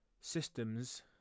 systems